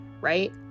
right